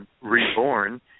reborn